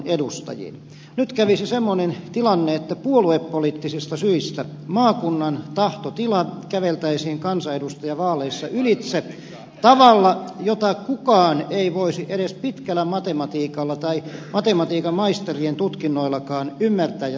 nyt kävisi semmoinen tilanne että puoluepoliittisista syistä kansanedustajavaaleissa käveltäisiin maakunnan tahtotilan ylitse tavalla jota kukaan ei voisi edes pitkällä matematiikalla tai matematiikan maisterien tutkinnoillakaan ymmärtää ja selittää